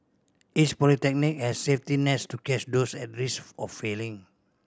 each polytechnic has safety nets to catch those at risk of failing